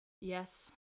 Yes